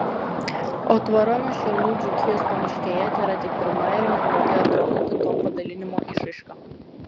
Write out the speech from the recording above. o tvora nuo šernų dzūkijos pamiškėje tėra tik pirma ir nekaltai atrodanti to padalinimo išraiška